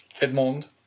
Edmond